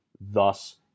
thus